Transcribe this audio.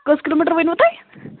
کٔژ kilometre ؤنۍوٕ تۄہہِ